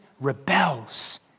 rebels